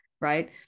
right